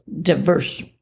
diverse